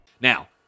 Now